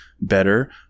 better